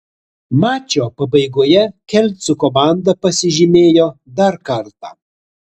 mačo pabaigoje kelcų komanda pasižymėjo dar kartą